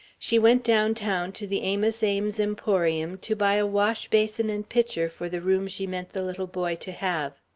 she went down town to the amos ames emporium to buy a washbasin and pitcher for the room she meant the little boy to have.